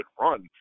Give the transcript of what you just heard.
run